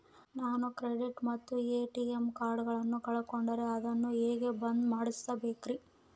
ನಾನು ಕ್ರೆಡಿಟ್ ಮತ್ತ ಎ.ಟಿ.ಎಂ ಕಾರ್ಡಗಳನ್ನು ಕಳಕೊಂಡರೆ ಅದನ್ನು ಹೆಂಗೆ ಬಂದ್ ಮಾಡಿಸಬೇಕ್ರಿ?